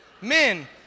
Men